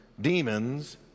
demons